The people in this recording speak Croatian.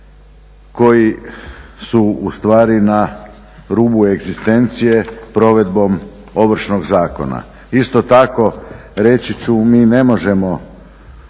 koji su ustvari na rubu egzistencije provedbom Ovršnog zakona. Isto tako reći ću mi ne možemo